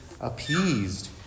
appeased